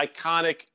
iconic